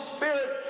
Spirit